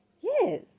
Yes